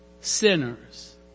sinners